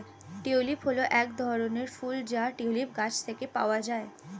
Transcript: tulip হল এক ধরনের ফুল যা টিউলিপ গাছ থেকে পাওয়া যায়